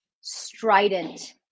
strident